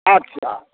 अच्छा